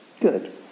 Good